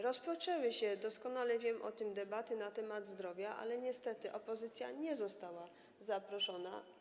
Rozpoczęły się, doskonale o tym wiem, debaty na temat zdrowia, ale niestety opozycja nie została zaproszona.